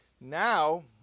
now